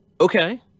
Okay